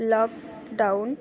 lockdown